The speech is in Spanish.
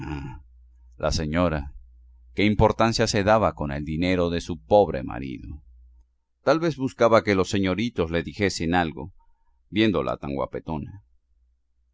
la señora qué importancia se daba con el dinero de su pobre marido tal vez buscaba que los señoritos le dijesen algo viéndola tan guapetona